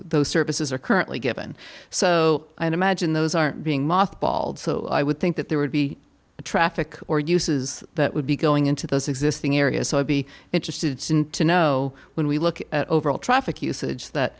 those services are currently given so i imagine those aren't being marked bald so i would think that there would be traffic or uses that would be going into those existing areas so i'd be interested to know when we look at overall traffic usage that